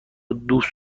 دوست